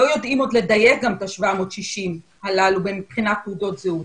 לא יודעים גם לדייק את ה-760 הללו מבחינת תעודות זהות,